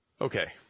Okay